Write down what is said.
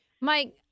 Mike